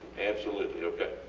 absolutely, okay.